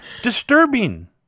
disturbing